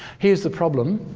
here's the problem.